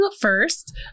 first